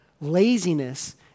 Laziness